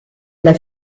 alla